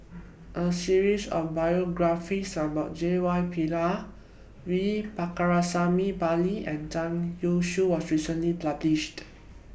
A series of biographies about J Y Pillay V Pakirisamy Pillai and Zhang Youshuo was recently published